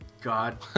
God